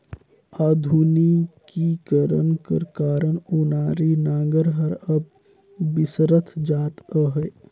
आधुनिकीकरन कर कारन ओनारी नांगर हर अब बिसरत जात अहे